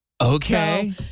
Okay